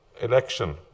election